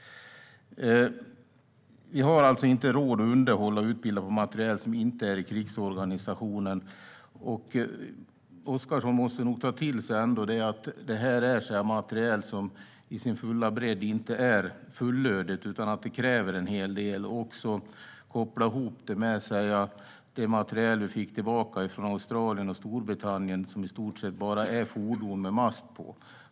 Vi har alltså inte råd att utbilda på och underhålla materiel som inte är i krigsorganisationen. Oscarsson måste nog ändå ta till sig att detta är materiel som i sin fulla bredd inte är fullödigt utan kräver en hel del och också koppla ihop det med det materiel vi fick tillbaka från Australien och Storbritannien som i stort sett bara är fordon med mast på.